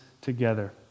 together